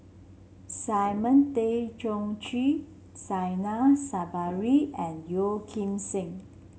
Simon Tay Seong Chee Zainal Sapari and Yeo Kim Seng